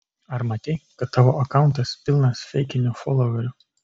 ar matei kad tavo akauntas pilnas feikinių foloverių